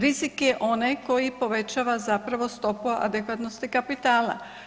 Rizik je onaj koji povećava zapravo stopu adekvatnosti kapitala.